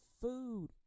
food